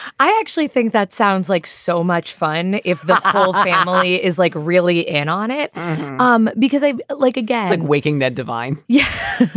i actually think that sounds like so much fun. if the whole family is like really in on it um because i like a gas and like waking that divine yeah,